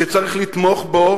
שצריך לתמוך בו